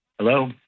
Hello